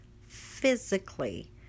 physically